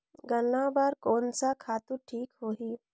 गन्ना बार कोन सा खातु ठीक होही?